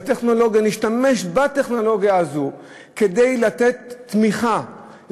נשתמש בטכנולוגיה הזו כדי לתת תמיכה,